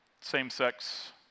same-sex